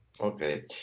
Okay